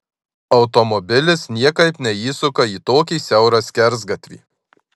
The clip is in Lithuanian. automobilis niekaip neįsuka į tokį siaurą skersgatvį